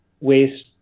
waste